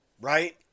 right